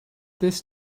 this